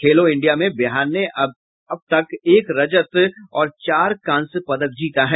खेलो India में बिहार ने अब तक एक रजत और चार कांस्य पदक जीता है